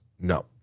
No